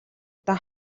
даа